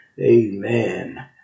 Amen